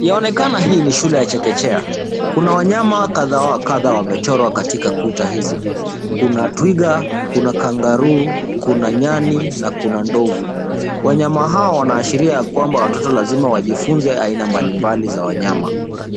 Yaonekana hii ni shule ya chekechea. Kuna wanyama kadha wa kadha wamechorwa katika kuta hizi. Kuna twiga, kuna kangaroo, kuna nyani na kuna ndovu. Wanyama hawa wanaashiria ya kwamba watoto lazima wajifunze aina mbalimbali za wanyama.